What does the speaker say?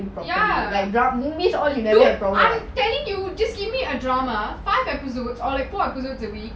ya I'm telling you just give me a drama like five episodes or four episodes a week